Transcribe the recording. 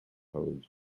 codes